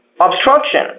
obstruction